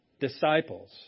disciples